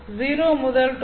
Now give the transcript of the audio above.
0 முதல் 2